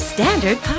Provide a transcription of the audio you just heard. Standard